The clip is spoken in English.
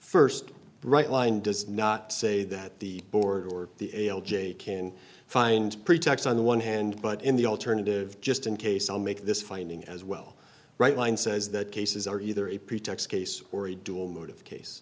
honor st bright line does not say that the board or the ale jade can find a pretext on the one hand but in the alternative just in case i'll make this finding as well right line says that cases are either a pretext case or a dual motive case